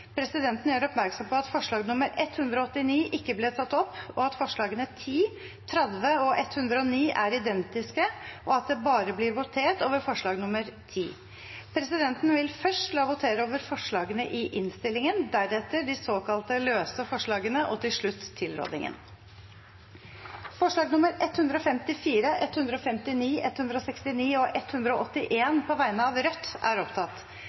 Presidenten gjør oppmerksom på at forslag nr. 189 ikke ble tatt opp, og at forslagene nr. 10, 30 og 109 er identiske, og at det bare blir votert over forslag nr. 10. Presidenten vil først la votere over forslagene i innstillingen, deretter de såkalt løse forslagene og til slutt tilrådingen. Det voteres over forslagene nr. 154, 159, 169 og 181 fra Rødt.